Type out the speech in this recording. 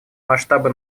масштабы